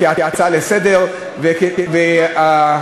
כהצעה לסדר-היום.